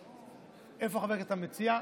איפה חבר הכנסת המציע?